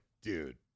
dude